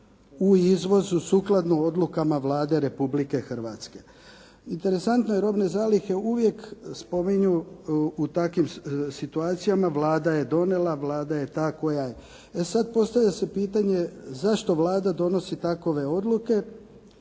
u izvozu sukladno odlukama Vlade Republike Hrvatske. Interesantno je robne zalihe uvijek spominju u takvim situacijama Vlada je donijela, Vlada je ta koja je. E sada postavlja se pitanje, zašto Vlada donosi takove odluke?